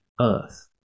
Earth